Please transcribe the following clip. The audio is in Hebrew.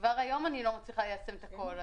כבר היום אני לא מצליחה ליישם את הכול,